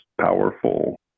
powerful